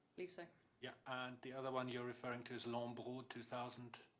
believe so. yeah and the other one you're referring to lambrot two thousand?